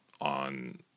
on